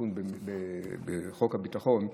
תיקון בחוק הביטחון.